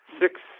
six